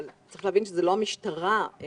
צריך להבין שלא המשטרה היא